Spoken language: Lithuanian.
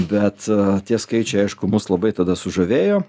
bet tie skaičiai aišku mus labai tada sužavėjo